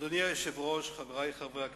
אדוני היושב-ראש, חברי חברי הכנסת,